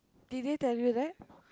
did they tell you that